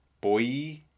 Boy